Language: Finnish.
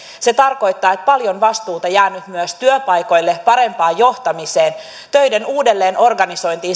se tarkoittaa että paljon vastuuta jää nyt myös työpaikoille parempaan johtamiseen töiden uudelleenorganisointiin